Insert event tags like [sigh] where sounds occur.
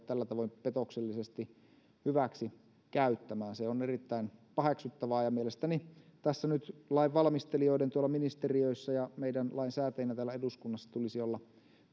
[unintelligible] tällä tavoin petoksellisesti hyväksikäyttämään se on erittäin paheksuttavaa ja mielestäni tässä nyt lainvalmistelijoiden tuolla ministeriöissä ja meidän lainsäätäjinä täällä eduskunnassa tulisi olla